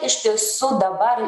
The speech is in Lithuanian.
iš tiesų dabar